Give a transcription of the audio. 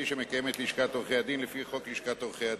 שמקיימת לשכת עורכי-הדין לפי חוק לשכת עורכי-הדין.